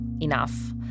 enough